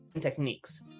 techniques